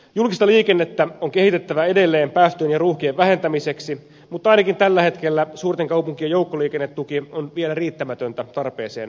julkista liikennettä on kehitettävä edelleen päästöjen ja ruuhkien vähentämiseksi mutta ainakin tällä hetkellä suurten kaupunkien joukkoliikennetuki on vielä riittämätöntä tarpeeseen nähden